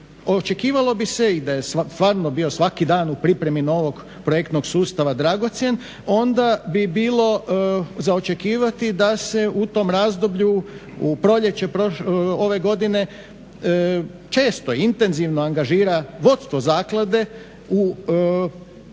očekivalo bi se i da je stvarno bio svaki dan u pripremi novog projektnog sustava dragocjen onda bi bilo za očekivati da se u tom razdoblju u proljeće ove godine često i intenzivno angažira vodstvo zaklade u pripremi